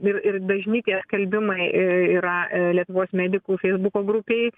ir ir dažni ties skelbimai i yra lietuvos medikų feisbuko grupėj